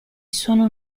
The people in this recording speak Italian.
sono